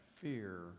fear